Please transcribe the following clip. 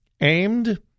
aimed